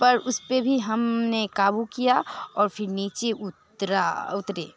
पर उस पर भी हम ने काबू किया और फिर नीचे उतरा उतरे